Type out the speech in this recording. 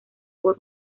por